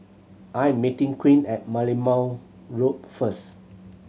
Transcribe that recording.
I am meeting Queen at Merlimau Road first